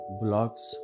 blocks